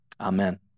Amen